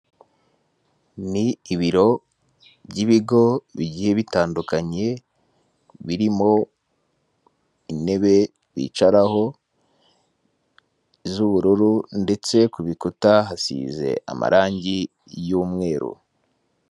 Ni ibiro by'ibigo bigiye bitandukanye, birimo intebe bicaraho z'ubururu, ndetse ku bikuta hasize amarangi y'umweru.